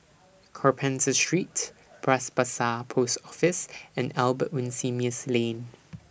Carpenter Street Bras Basah Post Office and Albert Winsemius Lane